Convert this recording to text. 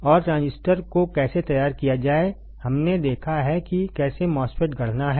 और ट्रांजिस्टर को कैसे तैयार किया जाए हमने देखा है कि कैसे MOSFET गढ़ना है